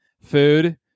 food